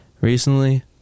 Recently